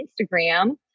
Instagram